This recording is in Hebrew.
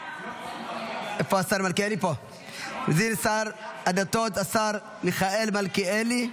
שר הדתות השר מיכאל מלכיאלי.